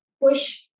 push